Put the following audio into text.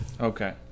okay